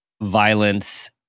violence